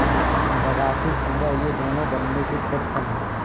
बगासी शीरा ये दोनों गन्ने के प्रतिफल हैं